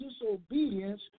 disobedience